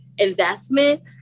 investment